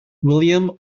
william